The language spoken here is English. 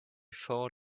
four